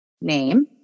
name